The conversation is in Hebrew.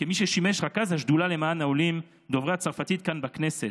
כמי ששימש רכז השדולה למען העולים דוברי הצרפתית כאן בכנסת,